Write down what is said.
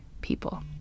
people